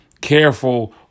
careful